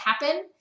happen